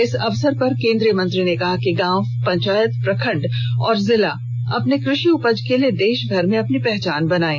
इस अवसर पर केंद्रीय मंत्री ने कहा कि गांव पंचायत प्रखंड और जिला अपने कृषि उपज के लिए देश भर में अपनी पहचान बनाये